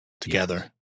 together